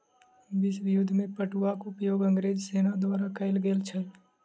विश्व युद्ध में पटुआक उपयोग अंग्रेज सेना द्वारा कयल गेल छल